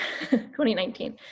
2019